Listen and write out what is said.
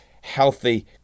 healthy